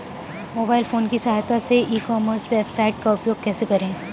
Mobile phone की सहायता से ई कॉमर्स वेबसाइट का उपयोग कैसे करें?